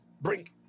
bring